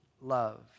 love